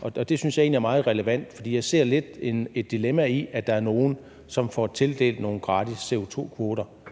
og det synes jeg egentlig er meget relevant, fordi jeg lidt ser et dilemma i, at der er nogle, som får tildelt nogle gratis CO2-kvoter.